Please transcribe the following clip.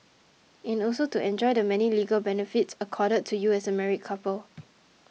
and also to enjoy the many legal benefits accorded to you as a married couple